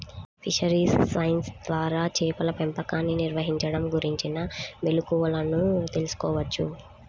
fisheries science ద్వారా చేపల పెంపకాన్ని నిర్వహించడం గురించిన మెళుకువలను తెల్సుకోవచ్చు